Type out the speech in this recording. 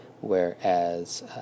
whereas